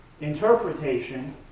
interpretation